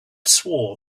swore